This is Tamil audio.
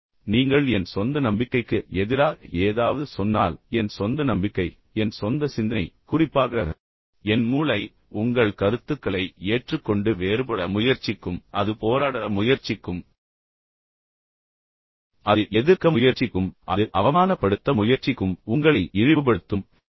எனவே நீங்கள் என் சொந்த நம்பிக்கைக்கு எதிராக ஏதாவது சொன்னால் என் சொந்த நம்பிக்கை என் சொந்த சிந்தனை குறிப்பாக என் மூளை உங்கள் கருத்துக்களை ஏற்றுக்கொண்டு வேறுபட முயற்சிக்கும் அது போராட முயற்சிக்கும் அது எதிர்க்க முயற்சிக்கும் அது உங்களை அவமானப்படுத்த முயற்சிக்கும் உங்களை இழிவுபடுத்தும் பின்னர் அது எல்லாவற்றையும் செய்யும்